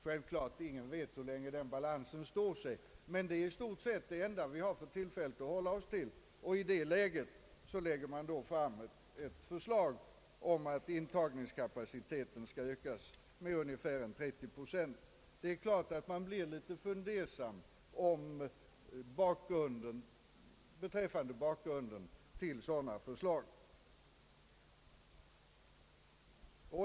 Självklart vet ingen hur länge denna balans står sig, Statsverkspropositionen m.m. men dessa prognoser är i stort sett det enda vi för tillfället har att hålla oss till. I detta läge framlägger regeringen alltså nu ett förslag om att utbildningskapaciteten skall öka med ungefär 30 procent utöver vad som tidigare planerats. Självklart blir man litet fundersam beträffande bakgrunden till sådana förslag.